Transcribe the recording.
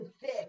thick